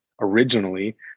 originally